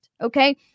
okay